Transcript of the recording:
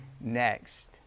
next